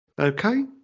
Okay